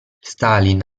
stalin